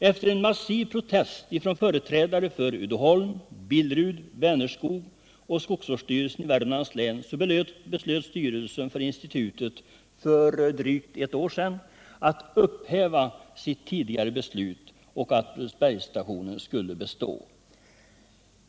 Efter en massiv protest från företrädare för Uddeholm, Billerud, Vänerskog och skogsvårdsstyrelsen i Värmlands län beslöt styrelsen för institutet för drygt ett år sedan att upphäva sitt tidigare beslut och att Brunsbergsstationen skulle bestå.